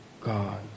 God